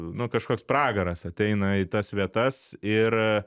nu kažkoks pragaras ateina į tas vietas ir